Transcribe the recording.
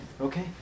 okay